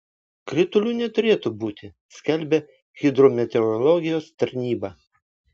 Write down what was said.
kritulių neturėtų būti skelbia hidrometeorologijos tarnyba